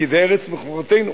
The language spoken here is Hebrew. כי זאת ארץ מכורתנו.